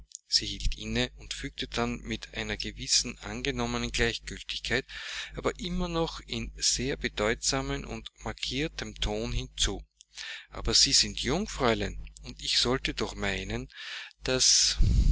sie hielt inne und fügte dann mit einer gewissen angenommenen gleichgiltigkeit aber immer noch in sehr bedeutsamem und markiertem tone hinzu aber sie sind jung fräulein und ich sollte doch meinen daß